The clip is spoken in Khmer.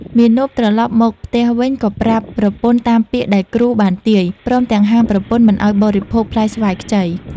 មាណពត្រឡប់មកផ្ទះវិញក៏ប្រាប់ប្រពន្ធតាមពាក្យដែលគ្រូបានទាយ ព្រមទាំងហាមប្រពន្ធមិនឲ្យបរិភោគផ្លែស្វាយខ្ចី។